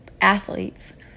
athletes